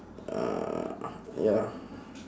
uh ya